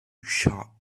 shut